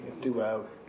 throughout